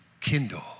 kindle